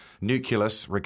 nucleus